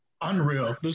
unreal